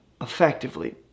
effectively